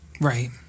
Right